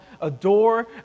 Adore